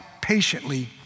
patiently